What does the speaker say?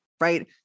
right